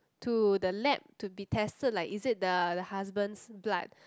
to the lab to be tested like is it the husband's blood